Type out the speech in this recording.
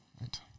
right